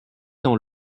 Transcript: dans